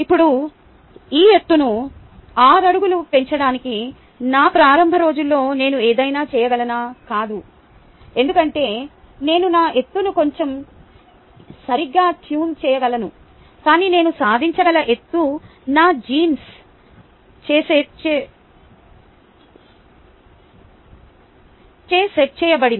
ఇప్పుడు ఈ ఎత్తును 6 అడుగులు పెంచడానికి నా ప్రారంభ రోజుల్లో నేను ఏదైనా చేయగలనా కాదు ఎందుకంటే నేను నా ఎత్తును కొంచెం సరిగ్గా ట్యూన్ చేయగలను కాని నేను సాధించగల ఎత్తు నా జీన్స్చే సెట్ చేయబడింది